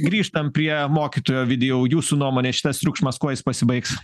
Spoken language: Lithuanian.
grįžtam prie mokytojų ovidijau jūsų nuomone šitas triukšmas kuo jis pasibaigs